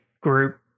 group